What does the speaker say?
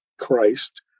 Christ